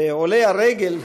ו"עולי הרגל"